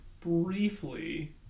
briefly